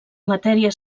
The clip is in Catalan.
matèria